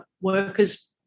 workers